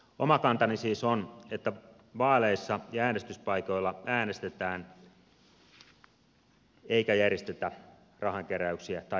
oma kantani siis on että vaaleissa ja äänestyspaikoilla äänestetään eikä järjestetä rahankeräyksiä tai muita kampanjoita